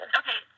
okay